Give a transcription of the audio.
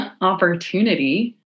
opportunity